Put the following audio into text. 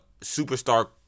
superstar